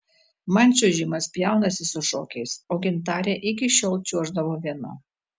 man čiuožimas pjaunasi su šokiais o gintarė iki šiol čiuoždavo viena